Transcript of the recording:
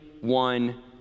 one